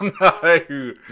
No